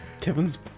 Kevin's